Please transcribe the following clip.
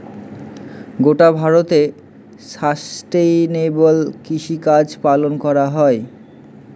গোটা ভারতে সাস্টেইনেবল কৃষিকাজ পালন করা হয়